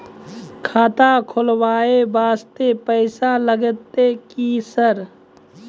खाता खोलबाय वास्ते पैसो लगते की सर?